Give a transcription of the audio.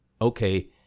okay